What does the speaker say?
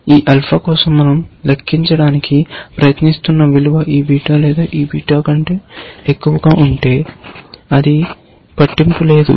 ఈ ఆల్ఫా కోసం మనం లెక్కించడానికి ప్రయత్నిస్తున్న విలువ ఈ బీటా లేదా ఈ బీటా కంటే ఎక్కువ గా ఉంటే అది పట్టింపు లేదు